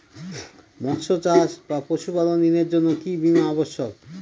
মৎস্য চাষ বা পশুপালন ঋণের জন্য কি বীমা অবশ্যক?